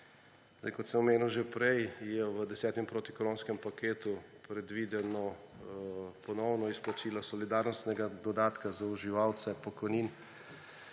letu? Kot sem omenil že prej, je v desetem protikoronskem paketu predvideno ponovno izplačilo solidarnostnega dodatka za uživalce pokojnin,